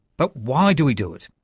but why do we do it?